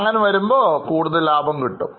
അങ്ങനെ വരുമ്പോൾ കൂടുതൽ ലാഭം കിട്ടും